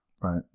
right